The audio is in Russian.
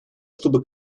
чтобы